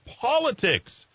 politics